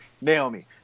Naomi